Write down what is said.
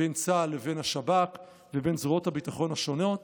בין צה"ל לבין השב"כ ובין זרועות הביטחון השונות.